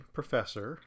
professor